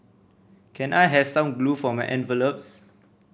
can I have some glue for my envelopes